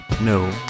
No